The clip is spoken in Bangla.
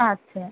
আচ্ছা